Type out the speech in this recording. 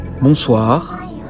Bonsoir